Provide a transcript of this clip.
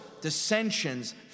dissensions